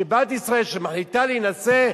שבת ישראל שמחליטה להינשא,